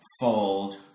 Fold